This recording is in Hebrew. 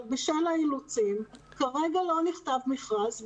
אבל בשל האילוצים כרגע לא נכתב מכרז.